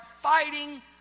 fighting